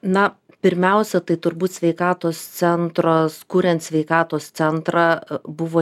na pirmiausia tai turbūt sveikatos centras kuriant sveikatos centrą buvo